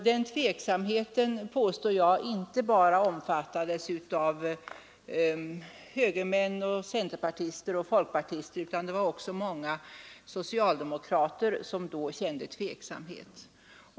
Jag påstår att denna tveksamhet inte bara omfattades av högermän, centerpartister och folkpartister, utan även många socialdemokrater kände då tveksamhet.